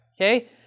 okay